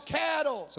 cattle